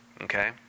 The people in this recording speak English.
okay